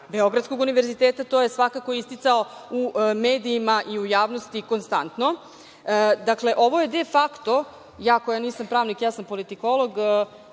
Beogradskog univerziteta, a to je svakako isticao u medijima i u javnosti konstantno. Dakle, ovo je defakto, ja koja nisam pravnik ja sam politikolog,